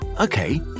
Okay